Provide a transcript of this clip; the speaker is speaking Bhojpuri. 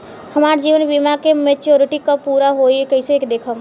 हमार जीवन बीमा के मेचीयोरिटी कब पूरा होई कईसे देखम्?